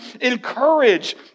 encourage